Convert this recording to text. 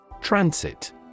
Transit